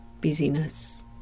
busyness